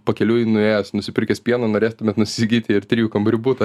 pakeliui nuėjęs nusipirkęs pieno norėstumėt nusigyti ir trijų kambarių butą